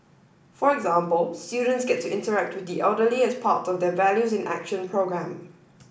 for example students get to interact with the elderly as part of their values in action programme